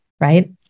right